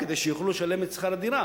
כדי שיוכלו לשלם את שכר הדירה,